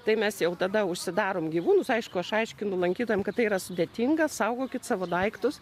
tai mes jau tada užsidarom gyvūnus aišku aš aiškinu lankytojams kad tai yra sudėtinga saugokit savo daiktus